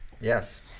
Yes